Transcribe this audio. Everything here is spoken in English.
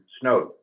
snowed